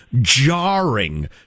jarring